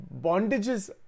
bondages